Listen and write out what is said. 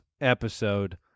episode